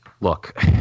Look